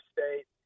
State